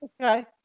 Okay